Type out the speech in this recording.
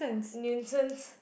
nuisance